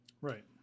Right